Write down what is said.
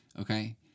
Okay